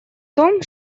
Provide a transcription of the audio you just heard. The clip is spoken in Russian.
том